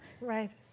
Right